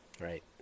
Right